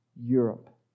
Europe